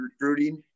recruiting